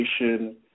education